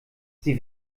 sie